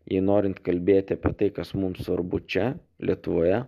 jei norint kalbėti apie tai kas mums svarbu čia lietuvoje